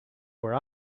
where